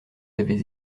avez